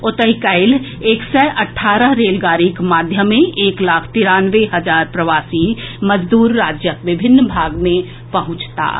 ओतहि काल्हि एक सय अठारह रेलगाड़ीक माध्यमे एक लाख तिरानवे हजार प्रवासी मजदूर राज्यक विभिन्न भाग मे पहुंचताह